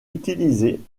utilisés